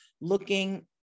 looking